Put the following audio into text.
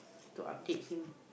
to update him